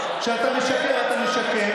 כשאתה משקר אתה משקר,